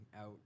out